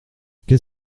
qu’est